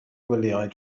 gwyliau